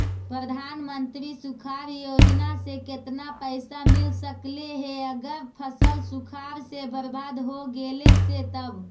प्रधानमंत्री सुखाड़ योजना से केतना पैसा मिल सकले हे अगर फसल सुखाड़ से बर्बाद हो गेले से तब?